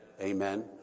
Amen